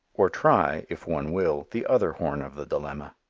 or try, if one will, the other horn of the dilemma.